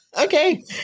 okay